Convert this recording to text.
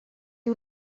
dir